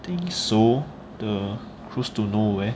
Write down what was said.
think so the cruise to nowhere